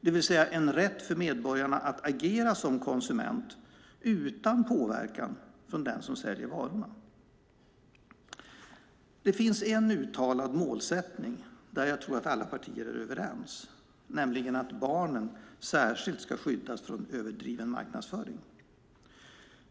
det vill säga en rätt för medborgarna att agera som konsumenter utan påverkan från den som säljer varorna? Det finns en uttalad målsättning där jag tror att alla partier är överens, nämligen att barnen särskilt ska skyddas från överdriven marknadsföring.